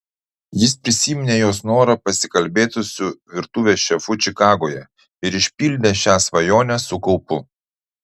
jis prisiminė jos norą pasikalbėti su virtuvės šefu čikagoje ir išpildė šią svajonę su kaupu